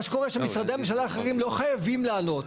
מה שקורה שמשרדי ממשלה אחרים לא חייבים לענות,